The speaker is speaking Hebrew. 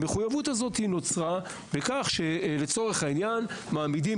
המחויבות הזאת נוצרה בכך שלצורך העניין מעמידים